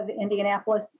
Indianapolis